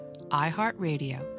iHeartRadio